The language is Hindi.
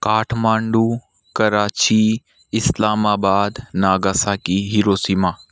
Kathmandu Karachi Islamabad Nagasaki Hiroshima